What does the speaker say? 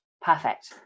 Perfect